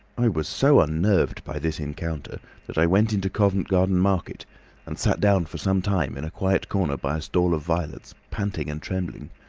i was so unnerved by this encounter that i went into covent garden market and sat down for some time in a quiet corner by a stall of violets, panting and trembling.